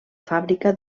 fàbrica